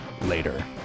Later